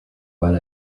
على